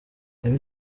emmy